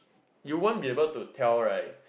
you won't be able to tell right